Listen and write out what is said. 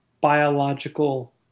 biological